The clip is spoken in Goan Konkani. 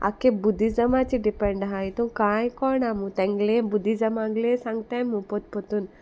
आख्खे बुद्धीमाचेर डिपेंड आहा इतू कांय कोणा मुगले बुद्दीजमांगलें सांगताय मू पोत पोतून